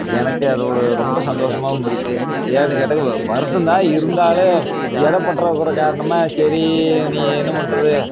எனக்கு அது ஒரு ரொம்ப சந்தோஷமாகவும் இருக்குது ஏன்னு கேட்டாக்கா வருத்தம்தான் இருந்தாலும் இடம் பற்றாக்குறை காரணமாக சரி நீ என்ன பண்ணுறது